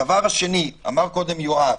הדבר השני, אמר קודם יואב,